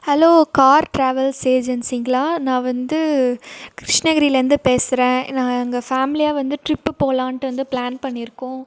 hello car travels ஏஜென்ஸிங்களா நான் வந்து கிருஷ்ணகிரிலேருந்து பேசுகிறேன் நான் எங்கள் ஃபேம்லியாக வந்து ட்ரிப்பு போகலான்ட்டு வந்து ப்ளான் பண்ணியிருக்கோம்